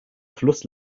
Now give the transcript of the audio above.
fluss